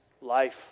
life